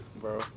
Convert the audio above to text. bro